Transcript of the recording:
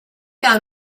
out